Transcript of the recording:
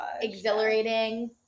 exhilarating